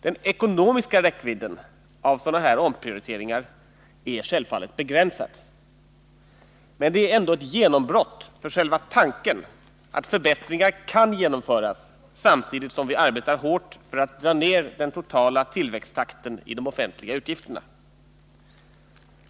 Den ekonomiska räckvidden av sådana omprioriteringar som det här gäller är självfallet begränsad. Men det är ändå ett genombrott för själva tanken att förbättringar kan genomföras samtidigt som vi arbetar hårt för att dra ner den totala tillväxttakten i de offentliga utgifterna.